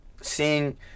seeing